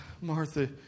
Martha